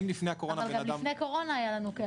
אם לפני הקורונה בן אדם --- אבל גם לפני קורונה היו לנו כאלה.